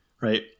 right